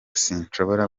sinshobora